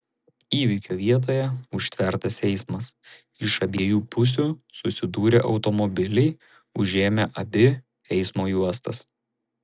įvykio vietoje užtvertas eismas iš abiejų pusių susidūrė automobiliai užėmė abi eismo juostas